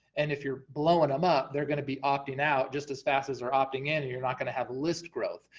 and if you're blowing them up, they're gonna be opting-out, just as fast as they're opting-in, and you're not going to have list growth.